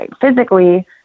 physically